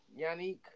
Yannick